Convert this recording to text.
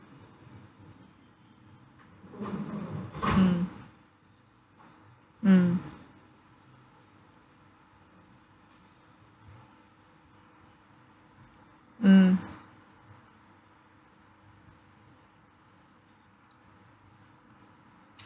mm mm mm